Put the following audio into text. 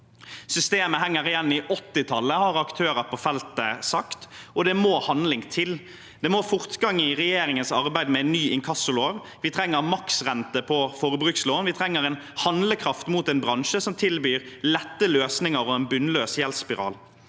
Systemet henger igjen i 1980-tallet, har aktører på feltet sagt. Det må handling til. Det må bli fortgang i regjeringens arbeid med ny inkassolov. Vi trenger maksrente på forbrukslån. Vi trenger en handlekraft mot en bransje som tilbyr lette løsninger og en bunnløs gjeldsspiral.